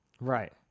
Right